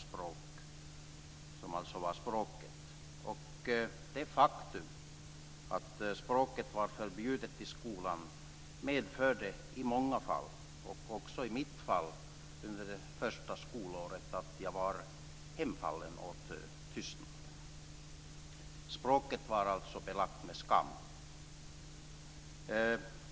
Språket var meänkieli, och det faktum att det språket var förbjudet i skolan medförde i många fall - också i mitt fall - att man under det första skolåret var hemfallen åt tystnad. Språket var alltså belagt med skam.